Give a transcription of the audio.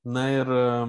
na ir